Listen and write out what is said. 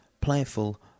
playful